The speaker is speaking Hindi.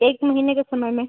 एक महीने के समय में